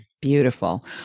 Beautiful